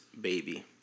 Baby